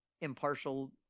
impartial